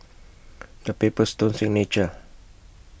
The Paper Stone Signature